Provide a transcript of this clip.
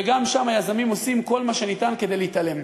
וגם שם היזמים עושים כל מה שניתן כדי להתעלם.